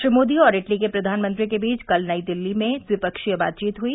श्री मोदी और इटली के प्रधानमंत्री के बीच कल नई दिल्ली में द्विपक्षीय बातचीत हुई